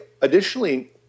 additionally